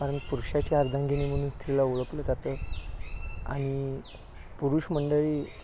कारण पुरुषाची अर्धांगिनी म्हणून स्त्रीला ओळखलं जातं आणि पुरुष मंडळी